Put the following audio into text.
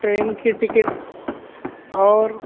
train کی ticket اور